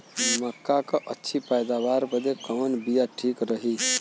मक्का क अच्छी पैदावार बदे कवन बिया ठीक रही?